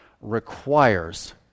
requires